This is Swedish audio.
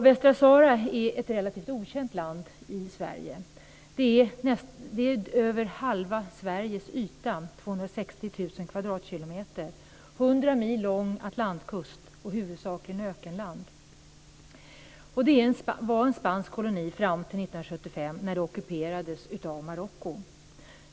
Västsahara är ett land som är relativt okänt i Sverige. Till ytan är det något större än halva Sverige - Atlantkust och är huvudsakligen ett ökenland. Det var en spansk koloni fram till 1975 när det ockuperades av Marocko.